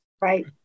Right